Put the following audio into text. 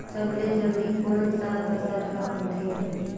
सबले जल्दी कोन सा फसल ह होथे?